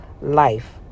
life